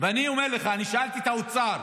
אני אומר לך, אני שאלתי את האוצר: